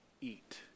eat